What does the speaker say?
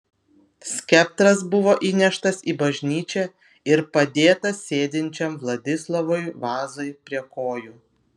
skeptras buvo įneštas į bažnyčią ir padėtas sėdinčiam vladislovui vazai prie kojų